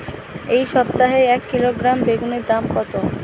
এই সপ্তাহে এক কিলোগ্রাম বেগুন এর দাম কত?